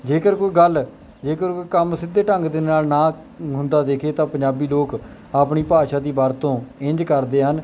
ਜੇਕਰ ਕੋਈ ਗੱਲ ਜੇਕਰ ਕੋਈ ਕੰਮ ਸਿੱਧੇ ਢੰਗ ਦੇ ਨਾਲ ਨਾ ਹੁੰਦਾ ਦਿਖੇ ਤਾਂ ਪੰਜਾਬੀ ਲੋਕ ਆਪਣੀ ਭਾਸ਼ਾ ਦੀ ਵਰਤੋਂ ਇੰਝ ਕਰਦੇ ਹਨ